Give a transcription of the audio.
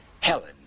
Helen